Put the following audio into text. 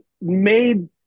made